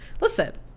listen